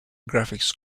graphics